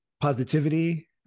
positivity